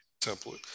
template